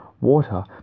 Water